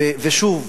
ושוב,